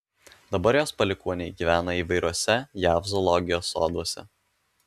dabar jos palikuoniai gyvena įvairiuose jav zoologijos soduose